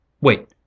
Wait